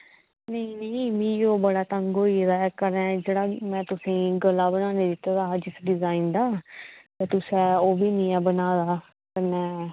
नेईं नेईं मिगी ओह् बड़ा तंग होई गेदा ऐ कन्नै में तुसेंगी जेह्ड़ा गला बनाने ई दित्ते दा हा जिस डिजाईन दा ते तुसें ओह्बी निं ऐ बनाए दा कन्नै